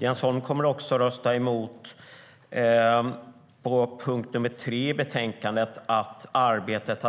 Jens Holm kommer också att rösta emot reservation 3 under punkt 3, där vi föreslår att arbetet